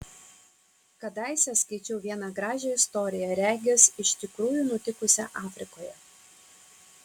kadaise skaičiau vieną gražią istoriją regis iš tikrųjų nutikusią afrikoje